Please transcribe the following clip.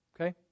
Okay